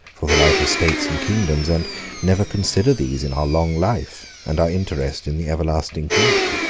for the life of states and kingdoms, and never consider these in our long life, and our interest in the everlasting kingdom?